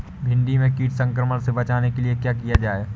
भिंडी में कीट संक्रमण से बचाने के लिए क्या किया जाए?